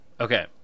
okay